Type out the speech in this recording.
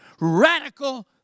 Radical